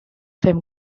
fem